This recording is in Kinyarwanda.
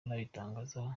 arabitangazaho